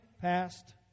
passed